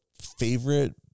favorite